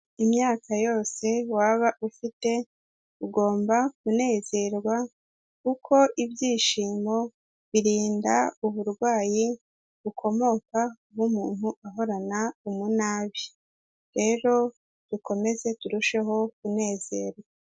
Imyaka yose waba ufite, ugomba kunezerwa, kuko ibyishimo birinda uburwayi bukomoka bw'umuntu ahorana umunabi. Rero dukomeze turusheho kunezerwa.